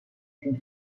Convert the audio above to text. une